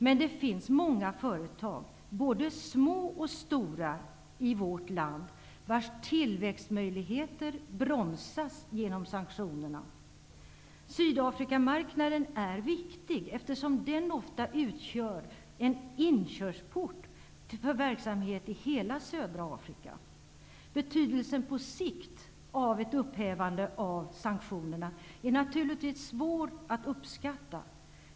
Men det finns många företag i vårt land, både små och stora, vars tillväxtmöjligheter bromsas genom sanktionerna. Sydafrikamarknaden är viktig, eftersom den ofta utgör en inkörsport för verksamhet i hela södra Afrika. Betydelsen på sikt av ett upphävande av sanktionerna är naturligtvis svår att uppskatta.